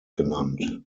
genannt